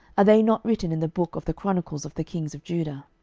are they not written in the book of the chronicles of the kings of judah?